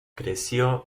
creció